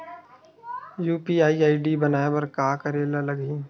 UPI ID बनाये बर का करे ल लगही?